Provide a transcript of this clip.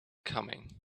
coming